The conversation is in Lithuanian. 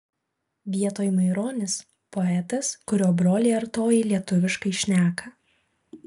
vietoj maironis poetas kurio broliai artojai lietuviškai šneka